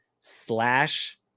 slash